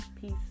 peace